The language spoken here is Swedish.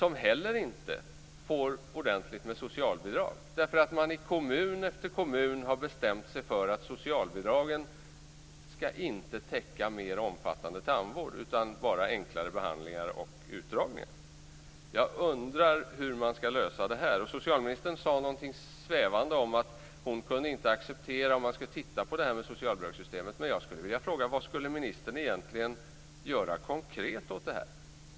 De får inte heller ordentligt med socialbidrag, eftersom man i kommun efter kommun har bestämt sig för att socialbidragen inte skall täcka mer omfattande tandvård utan bara enklare behandlingar och utdragningar. Jag undrar hur man skall lösa det här. Socialministern sade någonting svävande om att man skulle titta närmare på socialbidragssystemet. Jag skulle dock vilja fråga: Vad vill ministern egentligen konkret göra åt det här?